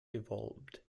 evolved